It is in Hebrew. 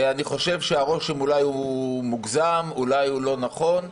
הרושם אולי מוגזם, אולי לא נכון.